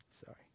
Sorry